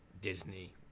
Disney